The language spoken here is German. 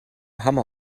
hammer